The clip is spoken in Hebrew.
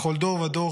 // בכל דור ודור,